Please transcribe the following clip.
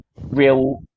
real